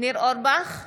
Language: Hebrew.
ניר אורבך,